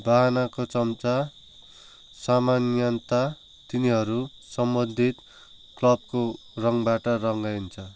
बहनाको चम्चा सामान्यतया तिनीहरू सम्बन्धित क्लबको रङ्गबाट रङ्गाइन्छ